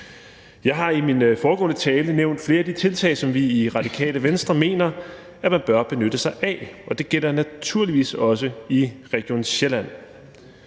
Jeg har i min foregående tale nævnt flere af de tiltag, som vi i Radikale Venstre mener at man bør benytte sig af, og det gælder naturligvis også i Region Sjælland,